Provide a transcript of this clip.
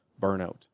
burnout